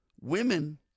women